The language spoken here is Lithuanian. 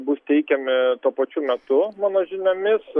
bus teikiami tuo pačiu metu mano žiniomis